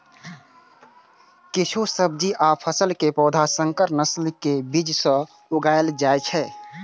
किछु सब्जी आ फसल के पौधा संकर नस्ल के बीज सं उगाएल जाइ छै